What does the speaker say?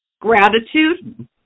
Gratitude